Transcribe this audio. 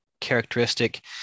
characteristic